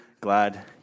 glad